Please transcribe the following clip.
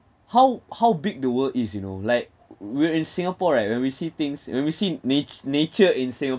how how big the world is you know like we're in singapore right when we see things when we see nat~ nature in singapore